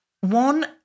One